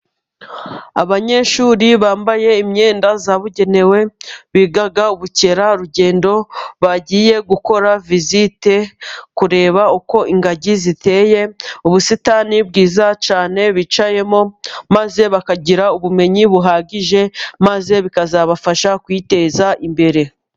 Abanyeshuri bambaye imyenda yabugenewe, biga ubukerarugendo, bagiye gukora vizite, kureba uko ingagi ziteye, ubusitani bwiza cyane bicayemo, maze bakagira ubumenyi buhagije, maze bikazabafasha kwiteza imbere.